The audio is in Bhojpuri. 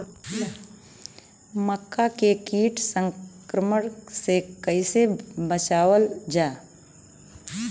मक्का के कीट संक्रमण से कइसे बचावल जा?